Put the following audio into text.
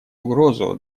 угрозу